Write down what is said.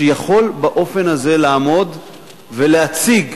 שיכול באופן הזה לעמוד ולהציג,